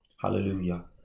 Hallelujah